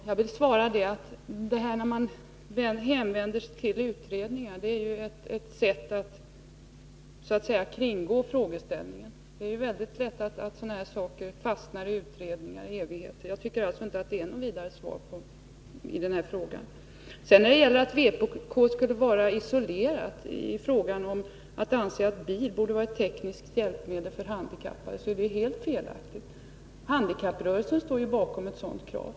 Fru talman! Att hänvisa till utredningar är ett sätt att kringgå frågeställningen. Det är väldigt lätt hänt att sådana här ärenden fastnar i utredningar i evighet. Jag tycker alltså inte att det är ett godtagbart svar. Att vpk skulle vara isolerat i sin uppfattning att bil borde vara ett tekniskt hjälpmedel för handikappade är helt felaktigt. Handikapprörelsen står ju bakom ett sådant krav.